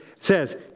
says